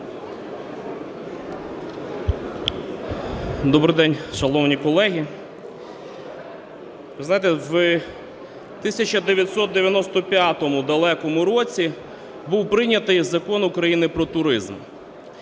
Добрий день, шановні колеги! Ви знаєте, в 1995-му далекому році був прийнятий Закон України "Про туризм".